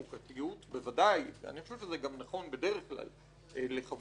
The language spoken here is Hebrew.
חוקתיות אני חושב שזה נכון בדרך כלל לחוות דעת משפטיות,